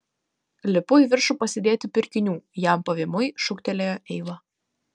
lipu į viršų pasidėti pirkinių jam pavymui šūktelėjo eiva